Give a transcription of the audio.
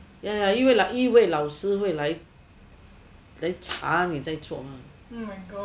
ya ya 一位老师会来查你在做吗